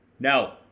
No